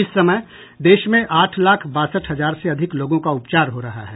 इस समय देश में आठ लाख बासठ हजार से अधिक लोगों का उपचार हो रहा है